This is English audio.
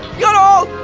you're all